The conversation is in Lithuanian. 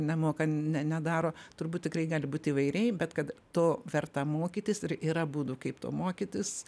nemoka ne nedaro turbūt tikrai gali būt įvairiai bet kad to verta mokytis ir yra būdų kaip to mokytis